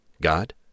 God